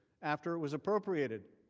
after it was appropriated.